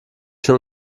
schon